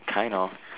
kind of